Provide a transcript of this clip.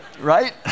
Right